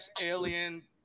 alien